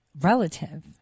relative